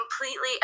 completely